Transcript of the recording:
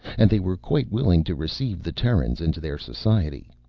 and they were quite willing to receive the terrans into their society.